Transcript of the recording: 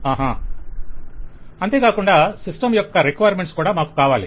vendor అంతేకాకుండా system యొక్క requirements కూడా మాకు కావాలి